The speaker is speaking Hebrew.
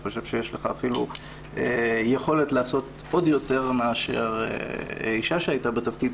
אני חושב שיש לך אפילו יכולת לעשות עוד יותר מאשר אישה שהייתה בתפקיד,